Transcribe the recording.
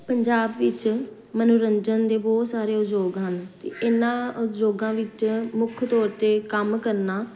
ਪੰਜਾਬ ਵਿੱਚ ਮਨੋਰੰਜਨ ਦੇ ਬਹੁਤ ਸਾਰੇ ਉਦਯੋਗ ਹਨ ਅਤੇ ਇਹਨਾਂ ਉਦਯੋਗਾਂ ਵਿੱਚ ਮੁੱਖ ਤੌਰ 'ਤੇ ਕੰਮ ਕਰਨਾ